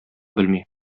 белми